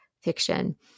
Fiction